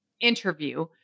interview